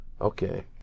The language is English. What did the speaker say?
Okay